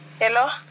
Hello